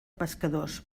pescadors